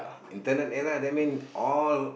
internet era that mean all